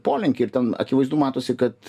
polinkį ir ten akivaizdu matosi kad